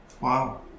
Wow